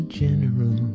general